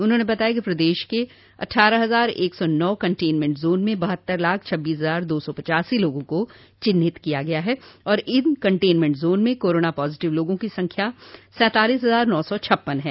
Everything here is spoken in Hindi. उन्होंने बताया कि प्रदेश के अट्ठारह हजार एक सौ नौ कंटेनमेंट जोन में बहत्तर लाख छब्बीस हजार दो सौ पिच्चासी लोगों को चिन्हित किया गया है और इन कंटेनमेंट जोन में कोरोना पॉजिटिव लोगों की संख्या सैंतालीस हजार नौ सौ छप्पन है